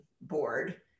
board